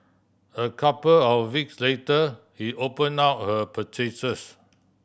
a couple of weeks later he open down her purchases